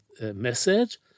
Message